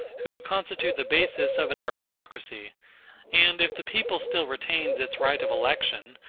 who constitute the basis of an aristocracy and if the people still retains its right of election,